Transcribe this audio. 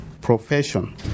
profession